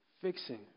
fixing